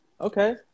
Okay